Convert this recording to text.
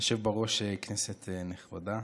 היושב בראש, כנסת נכבדה,